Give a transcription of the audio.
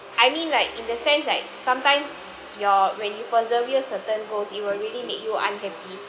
I mean like in the sense like sometimes your when you persevere certain goals it will really make you unhappy